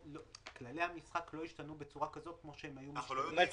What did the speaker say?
אבל כללי המשחק לא השתנו בצורה כזאת כמו שהם היו משתנים.